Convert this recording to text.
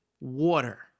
water